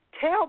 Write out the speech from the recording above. tell